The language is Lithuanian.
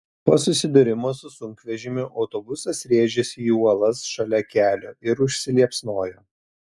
po susidūrimo su sunkvežimiu autobusas rėžėsi į uolas šalia kelio ir užsiliepsnojo